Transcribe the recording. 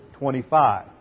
25